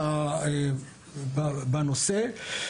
בנושא.